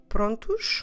Prontos